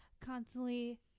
constantly